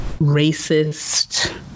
racist